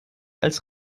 als